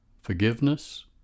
forgiveness